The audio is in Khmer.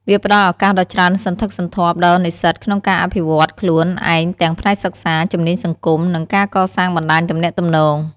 វាផ្តល់ឱកាសដ៏ច្រើនសន្ធឹកសន្ធាប់ដល់និស្សិតក្នុងការអភិវឌ្ឍន៍ខ្លួនឯងទាំងផ្នែកសិក្សា ជំនាញសង្គម និងការកសាងបណ្តាញទំនាក់ទំនង។